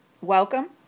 Welcome